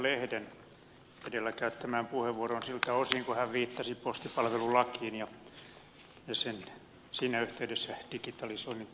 lehden edellä käyttämään puheenvuoroon siltä osin kun hän viittasi postipalvelulakiin ja siinä yhteydessä digitalisointitarpeeseen